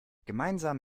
gemeinsam